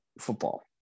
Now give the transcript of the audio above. football